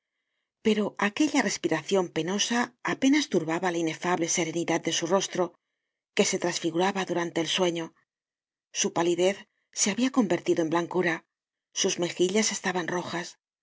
pero aquella respiracion penosa apenas turbaba la inefable serenidad de su rostro que se trasfiguraba durante el sueño su palidez se habia convertido en blancura sus mejillas estaban rojas